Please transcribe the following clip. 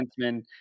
defenseman